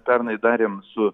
pernai darėm su